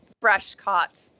fresh-caught